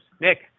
Nick